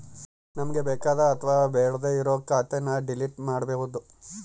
ನಮ್ಗೆ ಬೇಕಾದ ಅಥವಾ ಬೇಡ್ಡೆ ಇರೋ ಖಾತೆನ ಡಿಲೀಟ್ ಮಾಡ್ಬೋದು